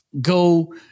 go